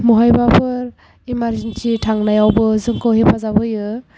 बबेबाफोर emergency थांनायावबो जोंखौ हेफाजाब होयो